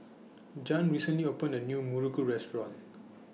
Jan recently opened A New Muruku Restaurant